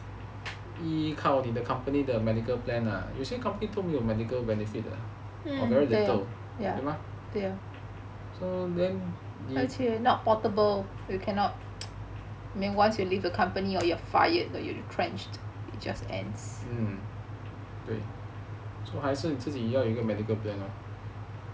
依靠你的 company the medical plan lah 因为 company 他们有 medical benefit 的 but very little ya 对吗 so then 还是你自己要一个 medical plan lor